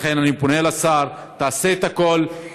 לכן אני פונה לשר: תעשה את הכול כדי